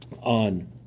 on